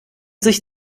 sich